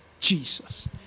jesus